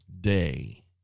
day